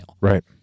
Right